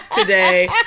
today